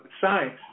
science